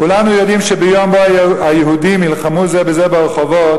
כולנו יודעים שביום שבו היהודים יילחמו זה בזה ברחובות,